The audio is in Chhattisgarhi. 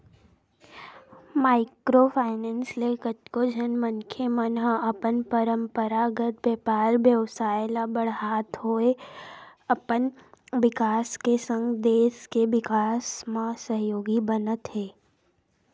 माइक्रो फायनेंस ले कतको झन मनखे मन ह अपन पंरपरागत बेपार बेवसाय ल बड़हात होय अपन बिकास के संग देस के बिकास म सहयोगी बनत हे